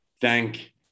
thank